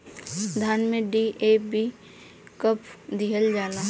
धान में डी.ए.पी कब दिहल जाला?